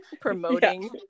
promoting